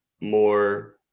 more